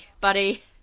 buddy